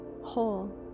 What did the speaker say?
whole